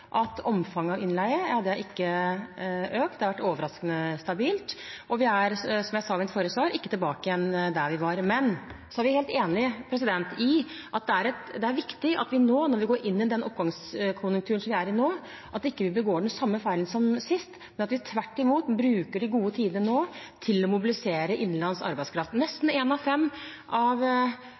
at omfanget av innleie ikke har økt, det har vært overraskende stabilt. Vi er, som jeg sa i mitt forrige svar, ikke tilbake der vi var. Men så er vi helt enig i at det er viktig at vi nå, når vi er i den oppgangskonjunkturen som vi er i nå, ikke begår den samme feilen som sist, men at vi tvert imot bruker de gode tidene til å mobilisere innenlands arbeidskraft. Nesten én av fem av